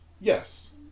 Yes